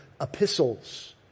epistles